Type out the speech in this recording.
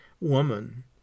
Woman